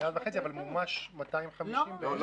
מיליארד וחצי, אבל מומש 250 בערך.